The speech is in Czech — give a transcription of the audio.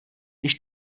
když